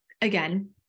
again